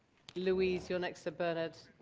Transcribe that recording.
louise you're next to bernard,